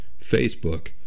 Facebook